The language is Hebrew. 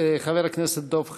חבר הכנסת דב חנין,